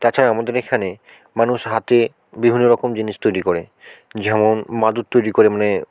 তাছাড়া আমাদের এখানে মানুষ হাতে বিভিন্ন রকম জিনিস তৈরি করে যেমন মাদুর তৈরি করে মানে